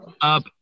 up